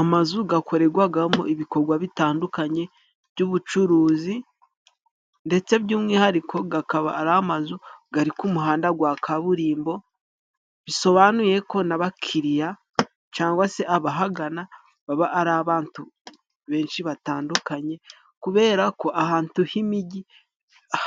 Amazu gakorerwagamo ibikorwa bitandukanye by'ubucuruzi ndetse by'umwihariko gakaba ari amazu gari ku muhanda gwa kaburimbo. Bisobanuye ko n'abakiriya cangwa se abahagana baba ari abantu benshi batandukanye kubera ko ahantu h'imijyi